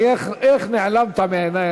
איך נעלמת מעיני,